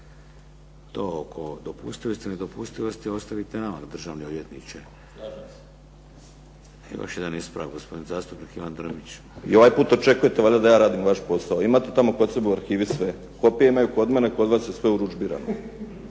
To oko dopustivosti ili nedopustivosti ostavite nama državni odvjetniče. Još jedan ispravak, gospodin zastupnik Ivan Drmić. **Drmić, Ivan (HDSSB)** I ovaj put očekujete valjda da ja radim vaš posao. Imate tamo kod sebe u arhivi sve. Kopije imaju kod mene, kod vas je sve urudžbirano.